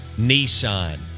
Nissan